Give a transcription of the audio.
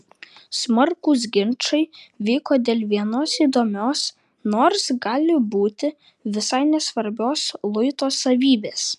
smarkūs ginčai vyko dėl vienos įdomios nors gali būti visai nesvarbios luito savybės